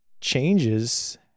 changes